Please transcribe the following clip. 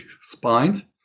spines